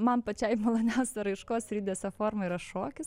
man pačiai maloniausia raiškos ir judesio forma yra šokis